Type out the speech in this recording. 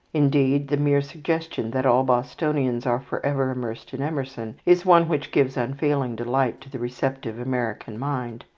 indeed, the mere suggestion that all bostonians are forever immersed in emerson is one which gives unfailing delight to the receptive american mind.